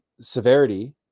severity